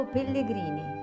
Pellegrini